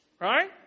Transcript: right